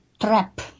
trap